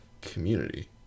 community